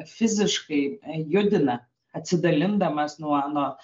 fiziškai judina atsidalindamas nuo nuo